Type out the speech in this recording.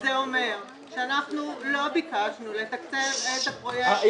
וזה אומר שלא ביקשנו לתקצב את הפרויקט --- ששש,